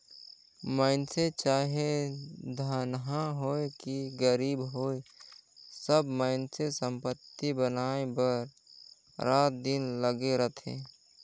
मइनसे चाहे धनहा होए कि गरीब होए सब मइनसे संपत्ति बनाए बर राएत दिन लगे रहथें